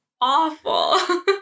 awful